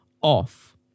off